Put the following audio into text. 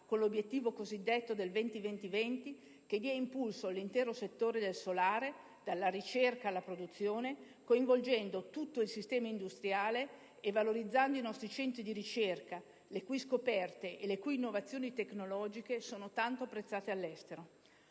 con l'obiettivo cosiddetto del 20-20-20, che dia impulso all'intero settore del solare, dalla ricerca alla produzione, coinvolgendo tutto il sistema industriale e valorizzando i nostri centri di ricerca, le cui scoperte e le cui innovazioni tecnologiche sono tanto apprezzate all'estero?